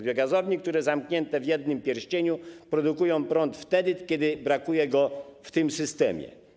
Biogazownie zamknięte w jednym pierścieniu produkują prąd wtedy, kiedy brakuje go w tym systemie.